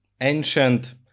ancient